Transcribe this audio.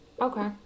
Okay